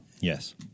Yes